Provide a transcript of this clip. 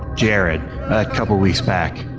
jared a couple weeks back.